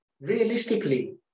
realistically